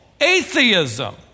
atheism